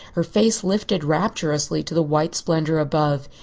her face lifted rapturously to the white splendor above.